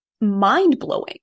mind-blowing